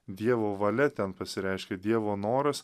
dievo valia ten pasireiškia dievo noras